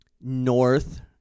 north